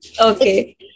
Okay